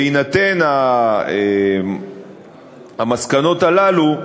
בהינתן המסקנות הללו,